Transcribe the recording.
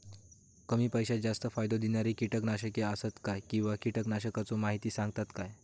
कमी पैशात जास्त फायदो दिणारी किटकनाशके आसत काय किंवा कीटकनाशकाचो माहिती सांगतात काय?